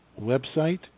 website